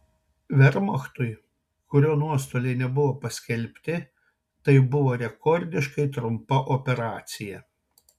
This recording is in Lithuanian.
vermachtui kurio nuostoliai nebuvo paskelbti tai buvo rekordiškai trumpa operacija